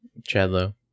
Chadlow